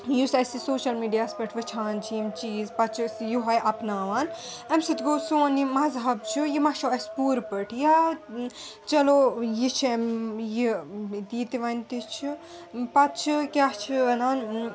یُس اَسہِ یہِ سوشَل میٖڈیاہَس پؠٹھ وُچھان چھِ یِم چیٖز پَتہٕ چھِ أسۍ یوٚہَے اَپناوان اَمہِ سٟتی گوٚو سون یہِ مَذہَب چھُ یہِ مٔشوو اَسہِ پوٗرٕ پٲٹھۍ یا چلو یہِ چھِ یہِ یِتہٕ وۅنۍ تہِ چھُ پتہٕ چھُ کیٛاہ چھُ وَنان